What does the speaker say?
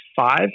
five